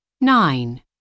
Nine